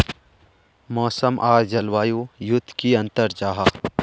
मौसम आर जलवायु युत की अंतर जाहा?